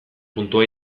puntua